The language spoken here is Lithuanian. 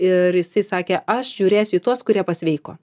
ir jisai sakė aš žiūrėsiu į tuos kurie pasveiko